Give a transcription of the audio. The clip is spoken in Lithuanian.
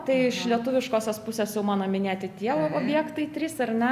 tai iš lietuviškosios pusės jau mano minėti tie objektai trys ar ne